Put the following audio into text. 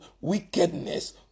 wickedness